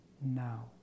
now